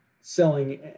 selling